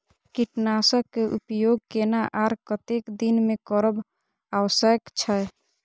कीटनाशक के उपयोग केना आर कतेक दिन में करब आवश्यक छै?